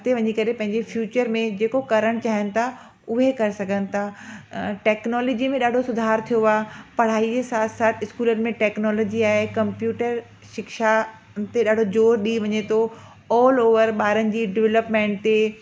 अॻिते वञी करे पंहिंजे फ्यूचर में जेको करणु चाहीनि था उहे करे सघनि था टेक्नोलोजीअ में ॾाढो सुधारु थियो आहे पढ़ाईअ साथ साथ स्कूलनि में टेक्नोलोजी आहे कंप्यूटर शिक्षा ते ॾाढो ज़ोरु ॾियो वञे थो ऑल ओवर ॿारनि जी डिवलपमेंट ते